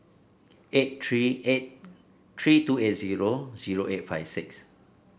eight three eight three two eight zero zero eight five six